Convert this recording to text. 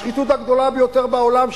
השחיתות הגדולה ביותר בעולם היא,